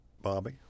Bobby